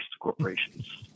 corporation's